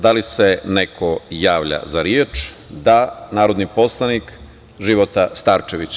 Da li se neko javlja za reč? (Da.) Narodni poslanik Života Starčević.